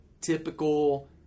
typical